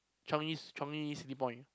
Changi s~ Changi-City-Point